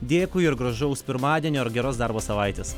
dėkui ir gražaus pirmadienio ir geros darbo savaitės